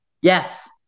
Yes